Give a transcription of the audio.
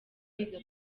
biga